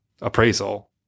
appraisal